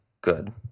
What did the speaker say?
good